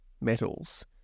Metals